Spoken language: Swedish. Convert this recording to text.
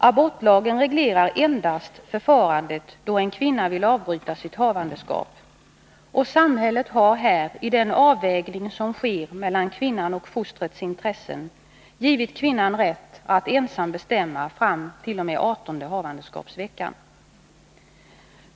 Abortlagen reglerar endast förfarandet då en kvinna vill avbryta sitt havandeskap, och samhället har här, i den avvägning som sker mellan kvinnans och fostrets intressen, givit kvinnan rätt att ensam bestämma fram till adertonde havandeskapsveckan.